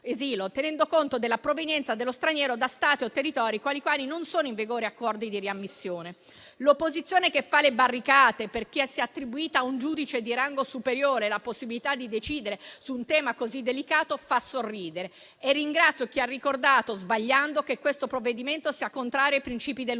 asilo, tenendo conto della provenienza dello straniero da Stati o territori con i quali non sono in vigore accordi di riammissione. L'opposizione che fa le barricate perché si è attribuita ad un giudice di rango superiore la possibilità di decidere su un tema così delicato fa sorridere. Ringrazio chi ha ricordato, sbagliando, che questo provvedimento è contrario ai principi dell'Unione